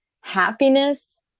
happiness